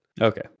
Okay